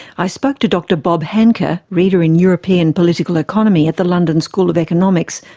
i spoke to dr bob hancke, ah reader in european political economy at the london school of economics,